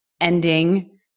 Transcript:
ending